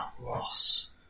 loss